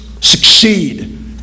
Succeed